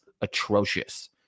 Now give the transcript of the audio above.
atrocious